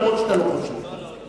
אף-על-פי שאתה לא חושב ככה.